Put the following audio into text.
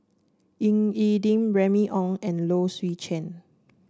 Ying E Ding Remy Ong and Low Swee Chen